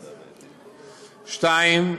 (2)